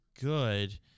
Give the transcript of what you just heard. good